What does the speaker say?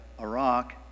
Iraq